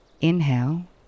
Inhale